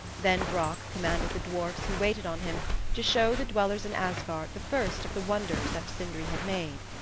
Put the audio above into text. then brock commanded the dwarfs who waited on him to show the dwellers in asgard the first of the wonders that sindri had made.